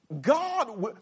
God